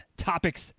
topics